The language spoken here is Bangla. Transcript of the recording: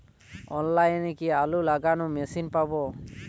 অনলাইনে কি আলু লাগানো মেশিন পাব?